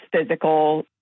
physical